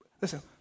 Listen